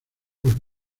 los